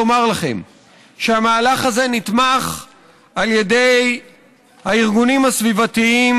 לומר לכם שהמהלך הזה נתמך על ידי הארגונים הסביבתיים.